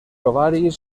ovaris